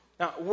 Now